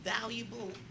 valuable